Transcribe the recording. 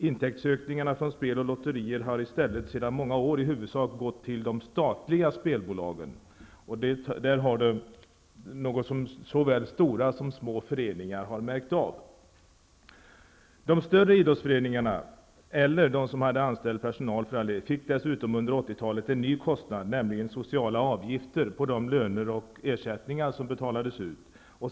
Intäktsökningarna från spel och lotterier har i stället sedan många år i huvudsak gått till de statliga spelbolagen. Det har såväl stora som små föreningar märkt av. De större idrottsföreningarna, eller de som hade anställd personal, fick dessutom under 80-talet en ny kostnad, nämligen sociala avgifter på de löner och ersättningar som betalades ut.